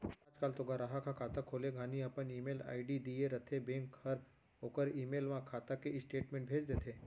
आज काल तो गराहक ह खाता खोले घानी अपन ईमेल आईडी दिए रथें बेंक हर ओकर ईमेल म खाता के स्टेटमेंट भेज देथे